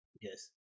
Yes